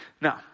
Now